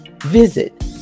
Visit